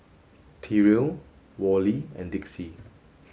Tyrell Worley and Dixie